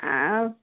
ଆଉ